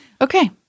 Okay